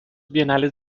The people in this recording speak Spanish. bienales